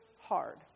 hard